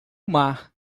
mar